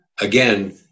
again